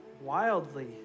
wildly